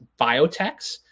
biotechs